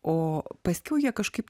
o paskiau jie kažkaip